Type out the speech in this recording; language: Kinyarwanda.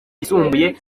yisumbuye